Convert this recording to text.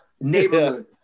neighborhood